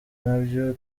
nabyo